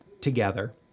together